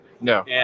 No